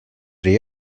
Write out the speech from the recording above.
ray